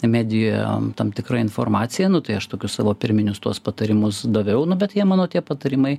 medijoj tam tikra informacija nu tai aš tokius savo pirminius tuos patarimus daviau nu bet tai jie mano tie patarimai